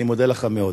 אני מודה לך מאוד.